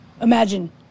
Imagine